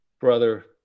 brother